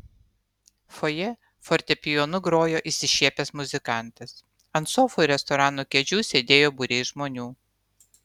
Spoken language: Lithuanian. fojė fortepijonu grojo išsišiepęs muzikantas ant sofų ir restorano kėdžių sėdėjo būriai žmonių